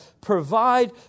provide